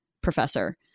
professor